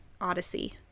Odyssey